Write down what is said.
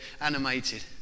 animated